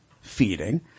feeding